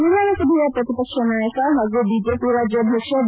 ವಿಧಾನಸಭೆಯ ಪ್ರತಿಪಕ್ಷ ನಾಯಕ ಹಾಗೂ ಬಿಜೆಪಿ ರಾಜ್ಯಾಧ್ಯಕ್ಷ ಬಿ